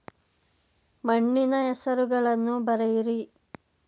ಮಣ್ಣಿನ ಹೆಸರುಗಳನ್ನು ಬರೆಯಿರಿ